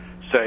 say